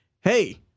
hey